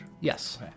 Yes